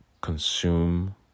consume